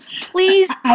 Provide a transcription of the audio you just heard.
Please